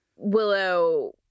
willow